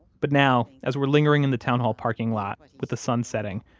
but now, as we're lingering in the town hall parking lot, with with the sun setting,